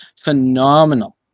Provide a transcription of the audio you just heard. phenomenal